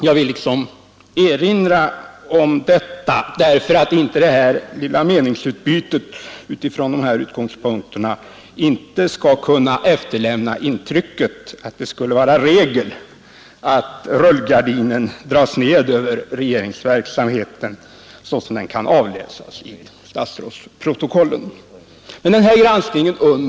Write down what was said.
Jag vill erinra om detta för att inte det här lilla meningsutbytet skulle kunna efterlämna intrycket att det skulle vara regel att rullgardinen dras ned över regeringsverksamheten såsom den kan avläsas i statsrådsprotokollen. 17 §.